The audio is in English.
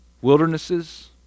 wildernesses